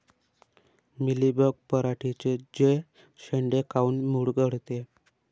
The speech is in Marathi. मिलीबग पराटीचे चे शेंडे काऊन मुरगळते?